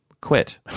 quit